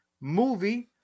movie